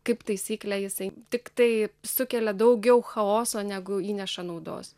kaip taisyklė jisai tiktai sukelia daugiau chaoso negu įneša naudos